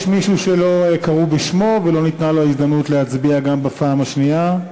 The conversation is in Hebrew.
יש מישהו שלא קראו בשמו ולא ניתנה לו ההזדמנות להצביע גם בפעם השנייה?